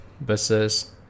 versus